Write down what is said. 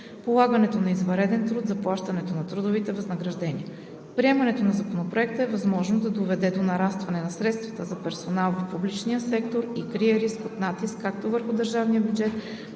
полагането на извънреден труд, заплащането на трудовите възнаграждения. Приемането на Законопроекта е възможно да доведе до нарастване на средствата за персонал в публичния сектор и крие риск от натиск както върху държавния бюджет,